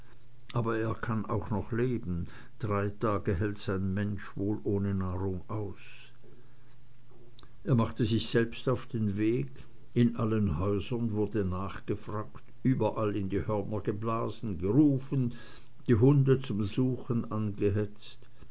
aber er kann noch leben drei tage hält's ein mensch wohl ohne nahrung aus er machte sich selbst auf den weg in allen häusern wurde nachgefragt überall in die hörner geblasen gerufen die hunde zum suchen angehetzt